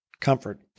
comfort